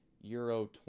Euro